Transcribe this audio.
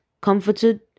comforted